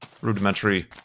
rudimentary